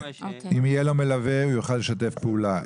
אם יהיה לו מלווה, הוא יוכל לשתף פעולה.